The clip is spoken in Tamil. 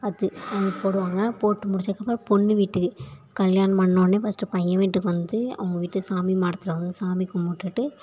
அது அங்கே போடுவாங்க போட்டு முடிச்சதுக்கப்புறம் பொண்ணு வீட்டுக்கு கல்யாணம் பண்ணோன்னே ஃபஸ்ட்டு பையன் வீட்டுக்கு வந்து அவங்க வீட்டு சாமி மாடத்தில் வந்து சாமி கும்பிட்டுட்டு